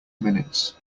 minutes